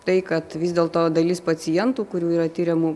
tai kad vis dėlto dalis pacientų kurių yra tiriamų